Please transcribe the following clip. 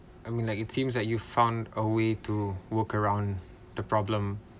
I mean like it seems like you found a way to work around the problem